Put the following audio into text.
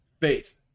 faith